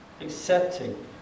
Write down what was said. Accepting